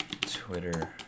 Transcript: Twitter